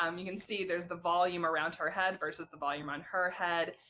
um you can see there's the volume around her head versus the volume on her head.